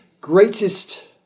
greatest